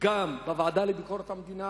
גם בוועדה לביקורת המדינה